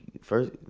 first